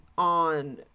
on